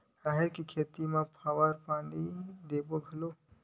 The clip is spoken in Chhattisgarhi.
राहेर के खेती म फवारा पानी देबो के घोला?